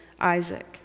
Isaac